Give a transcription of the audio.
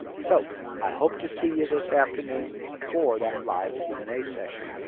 so i hope to see you this afternoon for that live q and a session.